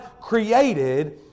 created